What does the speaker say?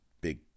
Big